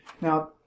Now